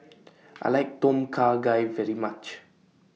I like Tom Kha Gai very much